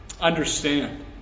understand